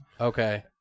okay